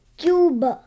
cube